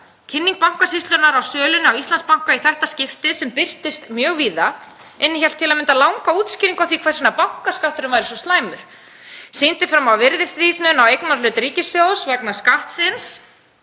Kynning Bankasýslunnar á sölunni á Íslandsbanka í þetta skiptið sem birtist mjög víða innihélt til að mynda langa útskýringu á því hvers vegna bankaskatturinn væri svo slæmur, sýndi fram á virðisrýrnun á eignarhlut ríkissjóðs vegna skattsins.